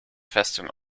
festung